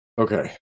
Okay